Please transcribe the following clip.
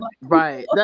Right